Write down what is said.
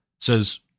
says